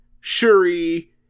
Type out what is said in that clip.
shuri